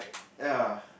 ya